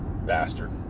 Bastard